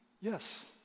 Yes